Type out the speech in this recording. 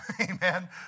Amen